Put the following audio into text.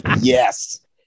yes